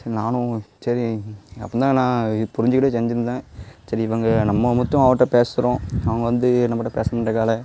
நானும் சரி அப்போ தான் நான் இதை புரிஞ்சுக்கிட்டு செஞ்சுருந்தேன் சரி இவங்க நம்ம மட்டும் அவகிட்ட பேசுகிறோம் அவங்க வந்து நம்மட்ட பேசமாட்டங்கறாளே